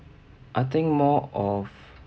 I think more of